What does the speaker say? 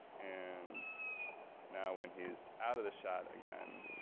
and now when he's out of the shot again,